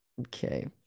Okay